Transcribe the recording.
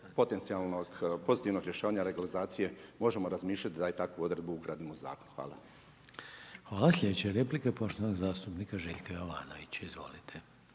potencijalnog pozitivnog rješavanja legalizacije možemo razmišljati da i takvu odredbu ugradimo u zakon. Hvala. **Reiner, Željko (HDZ)** Hvala. Sljedeća replika poštovanog zastupnika Željka Jovanovića, izvolite.